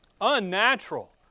Unnatural